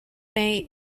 may